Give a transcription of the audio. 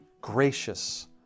gracious